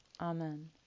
Amen